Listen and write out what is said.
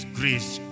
grace